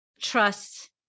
trust